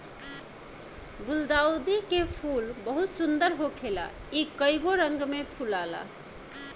गुलदाउदी के फूल बहुत सुंदर होखेला इ कइगो रंग में फुलाला